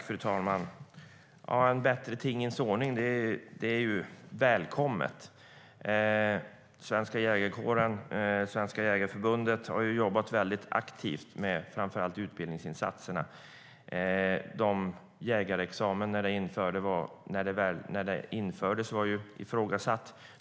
Fru talman! En bättre tingens ordning är välkommen. Den svenska jägarkåren och Svenska Jägareförbundet har jobbat mycket aktivt framför allt med utbildningsinsatserna. När jägarexamen infördes var den ifrågasatt.